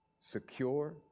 secure